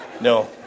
No